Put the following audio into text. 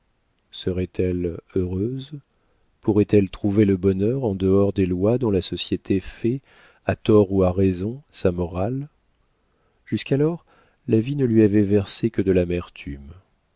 langage serait-elle heureuse pourrait-elle trouver le bonheur en dehors des lois dont la société fait à tort ou à raison sa morale jusqu'alors la vie ne lui avait versé que de l'amertume